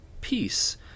Peace